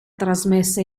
trasmessa